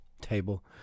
table